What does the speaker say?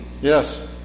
Yes